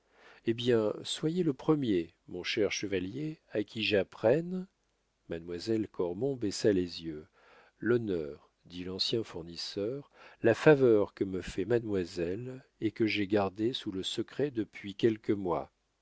hé bien soyez le premier mon cher chevalier à qui j'apprenne mademoiselle cormon baissa les yeux l'honneur dit l'ancien fournisseur la faveur que me fait mademoiselle et que j'ai gardée sous le secret depuis quelques mois